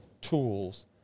tools